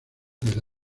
del